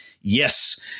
yes